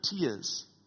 tears